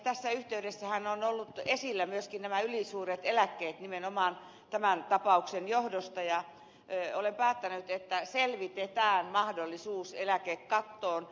tässä yhteydessähän ovat olleet esillä myöskin nämä ylisuuret eläkkeet nimenomaan tämän tapauksen johdosta ja olen päättänyt että selvitetään mahdollisuus eläkekattoon